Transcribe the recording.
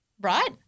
Right